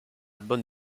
bande